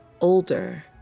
older